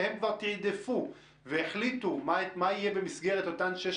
הם כבר תיעדפו והחליטו מה יהיה במסגרת אותן 600